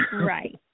Right